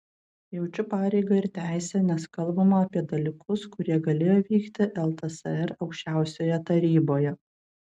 jaučiu pareigą ir teisę nes kalbama apie dalykus kurie galėjo vykti ltsr aukščiausiojoje taryboje